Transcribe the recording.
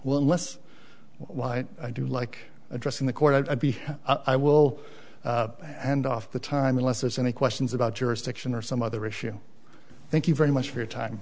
well unless why do like addressing the court i'd be i will hand off the time unless there's any questions about jurisdiction or some other issue thank you very much for your time